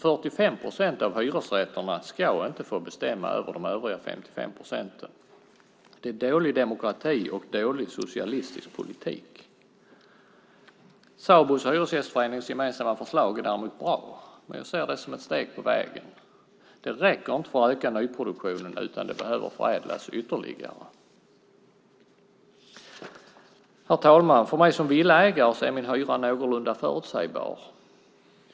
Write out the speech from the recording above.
45 procent av hyresrätterna ska inte få bestämma över de övriga 55 procenten. Det är dålig demokrati och dålig socialistisk politik. Sabos och Hyresgästföreningens gemensamma förslag är däremot bra. Jag ser det som ett steg på vägen. Det räcker inte för att öka nyproduktionen. Det behöver förädlas ytterligare. Herr talman! För mig som villaägare är hyran någorlunda förutsägbar.